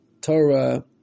Torah